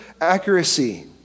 Accuracy